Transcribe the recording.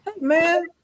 man